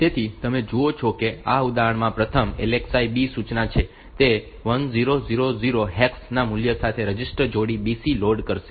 તેથી તમે જુઓ છો કે આ ઉદાહરણમાં પ્રથમ LXI B સૂચના છે તે 1000 હેક્સ મૂલ્ય સાથે રજિસ્ટર જોડી BC લોડ કરશે